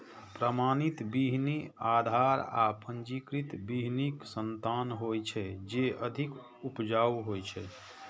प्रमाणित बीहनि आधार आ पंजीकृत बीहनिक संतान होइ छै, जे अधिक उपजाऊ होइ छै